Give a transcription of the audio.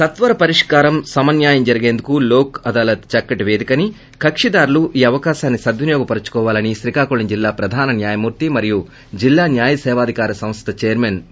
సత్వర పరిష్కారం సమన్యాయం జరిగేందుకు లోక్ అదాలత్ చక్కని పేదికని కక్షిదారులు ఈ సదవకాశాన్ని సద్వినియోగం చేసుకోవాలని శ్రీకాకుళం జిల్లా ప్రధాన న్నాయమూర్తి మరియు జిల్లా న్నాయ సేవాధికార సంస్ట చైర్మన్ యం